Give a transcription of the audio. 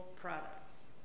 products